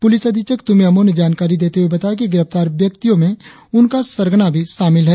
police अधीक्षक तुम्मे अम्मो ने जानकारी देते हुए बताया कि गिरफ्तार व्यक्तियों में उनका सरगना भी शामिल है